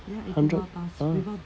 hundred !huh!